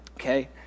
Okay